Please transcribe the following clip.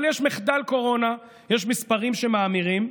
אבל יש מחדל קורונה, יש מספרים שמאמירים,